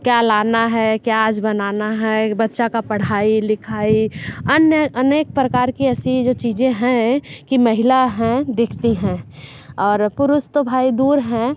क्या लाना है क्या आज बनाना है बच्चा का पढ़ाई लिखाई अन्य अनेक परकार की ऐसी जो चीज़ें हैं कि महिला हैं देखती हैं और पुरुष तो भाई दूर हैं